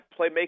playmaking